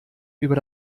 über